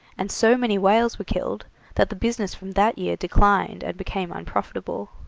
and so many whales were killed that the business from that year declined and became unprofitable.